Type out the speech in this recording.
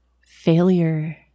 Failure